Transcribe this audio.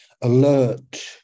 alert